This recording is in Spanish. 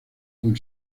con